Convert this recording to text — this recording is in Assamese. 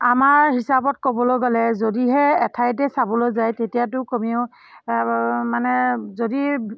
আমাৰ হিচাপত ক'বলৈ গ'লে যদিহে এঠাইতে চাবলৈ যায় তেতিয়াতো কমেও মানে যদি